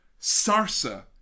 Sarsa